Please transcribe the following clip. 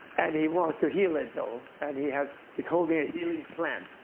and he wants to heal it all. and he has he's holding a healing plant.